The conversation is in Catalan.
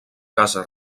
casa